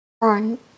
Right